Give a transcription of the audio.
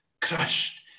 crushed